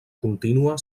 contínua